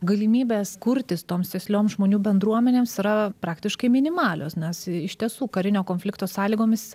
galimybės kurtis toms sėslioms žmonių bendruomenėms yra praktiškai minimalios nes iš tiesų karinio konflikto sąlygomis